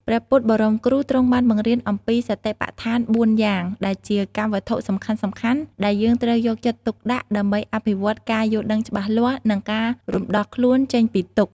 ព្រះពុទ្ធបរមគ្រូទ្រង់បានបង្រៀនអំពីសតិប្បដ្ឋាន ៤ យ៉ាង ដែលជាកម្មវត្ថុសំខាន់ៗដែលយើងត្រូវយកចិត្តទុកដាក់ដើម្បីអភិវឌ្ឍការយល់ដឹងច្បាស់លាស់ និងការរំដោះខ្លួនចេញពីទុក្ខ។